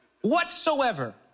whatsoever